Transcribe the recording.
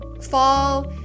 fall